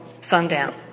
sundown